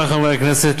חברי חברי הכנסת,